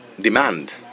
demand